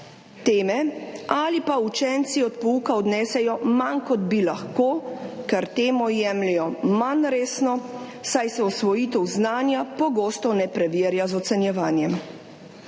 teme ali pa učenci od pouka odnesejo manj, kot bi lahko, ker temo jemljejo manj resno, saj se usvojitev znanja pogosto ne preverja z ocenjevanjem.